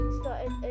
started